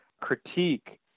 critique